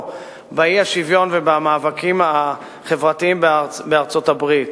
באי-השוויון ובפערים החברתיים בארצות-הברית.